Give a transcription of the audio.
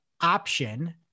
option